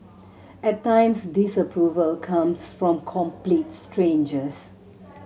at times disapproval comes from complete strangers